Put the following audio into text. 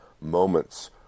moments